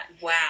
wow